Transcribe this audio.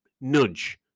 nudge